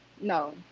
no